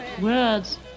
Words